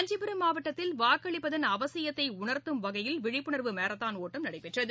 காஞ்சிபுரம் மாவட்டத்தில் வாக்களிப்பதன் அவசியத்தை உணர்த்தும் வகையில் விழிப்புணர்வு மாரத்தான் ஒட்டம் நடைபெற்றது